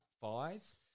five